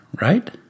right